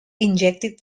ejected